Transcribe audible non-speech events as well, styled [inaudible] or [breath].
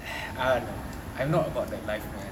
[breath] eh ah no I'm not about that life man